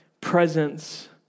presence